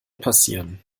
passieren